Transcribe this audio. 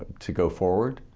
to go forward?